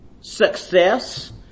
success